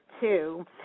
two